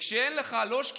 וכשאין לך לא שקיפות,